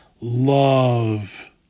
love